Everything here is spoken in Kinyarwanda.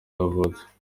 yavutse